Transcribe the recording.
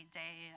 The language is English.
day